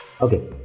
okay